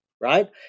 right